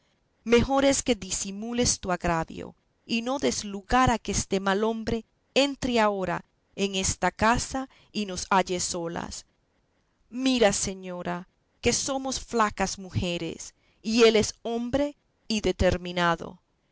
mejor es que disimules tu agravio y no des lugar a que este mal hombre entre ahora en esta casa y nos halle solas mira señora que somos flacas mujeres y él es hombre y determinado